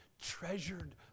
treasured